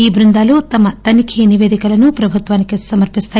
ఈ బృందాలు తమ తనిఖీ నిపేదికలను ప్రభుత్వానికి సమర్పిస్తాయి